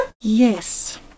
yes